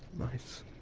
mice,